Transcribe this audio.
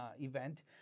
event